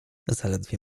zaledwie